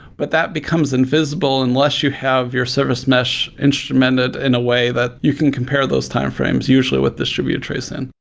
but that becomes invisible unless you have your service mesh instrumented in a way that you can compare those timeframes usually with distributed tracing.